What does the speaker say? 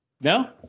No